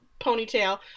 ponytail